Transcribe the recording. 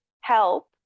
help